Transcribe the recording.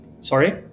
Sorry